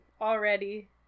already